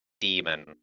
demon